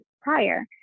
prior